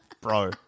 Bro